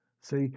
See